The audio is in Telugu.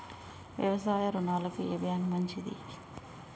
వ్యవసాయ రుణాలకు ఏ బ్యాంక్ మంచిది?